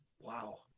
Wow